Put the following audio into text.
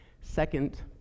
second